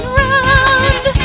round